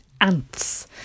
ants